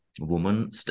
woman